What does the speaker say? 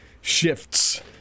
shifts